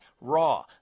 raw